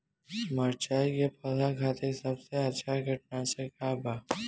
मिरचाई के पौधा खातिर सबसे अच्छा कीटनाशक का बा?